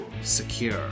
secure